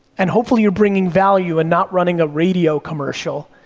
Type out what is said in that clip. and hopefully you're bringing value and not running a radio commercial,